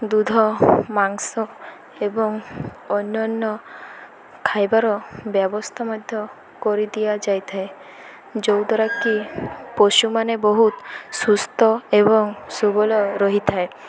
ଦୁଧ ମାଂସ ଏବଂ ଅନ୍ୟାନ୍ୟ ଖାଇବାର ବ୍ୟବସ୍ଥା ମଧ୍ୟ କରିଦିଆଯାଇଥାଏ ଯେଉଁଦ୍ୱାରା କିି ପଶୁମାନେ ବହୁତ ସୁସ୍ଥ ଏବଂ ସୁବଳ ରହିଥାଏ